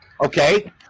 Okay